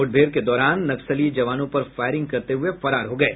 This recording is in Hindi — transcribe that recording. मुठभेड के दौरान नक्सली जवानों पर फायरिंग करते हुये फरार हो गये